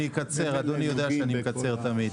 אני מאיגוד התסריטאים.